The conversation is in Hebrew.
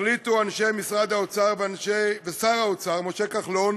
החליטו אנשי משרד האוצר ושר האוצר משה כחלון